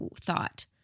thought